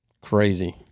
Crazy